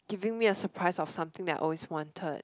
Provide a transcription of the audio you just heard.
giving me a surprise of something that I always wanted